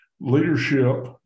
leadership